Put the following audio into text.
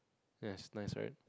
yes nice right